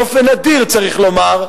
באופן נדיר צריך לומר,